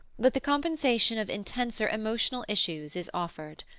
but the compensation of intenser emotional issues is offered.